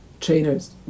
trainers